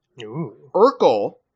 Urkel